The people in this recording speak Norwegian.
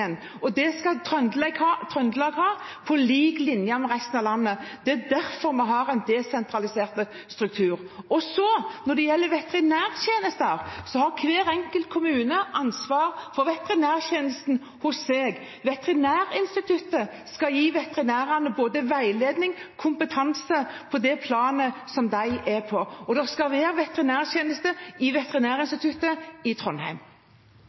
trenger det. Det skal Trøndelag ha på lik linje med resten av landet. Det er derfor vi har en desentralisert struktur. Når det gjelder veterinærtjenester, har hver enkelt kommune ansvar for veterinærtjenesten hos seg. Veterinærinstituttet skal gi veterinærene både veiledning og kompetanse på det planet de er på. Og det skal være veterinærtjeneste i Veterinærinstituttet i Trondheim.